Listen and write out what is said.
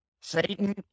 Satan